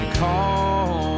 call